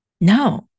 No